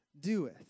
doeth